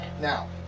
Now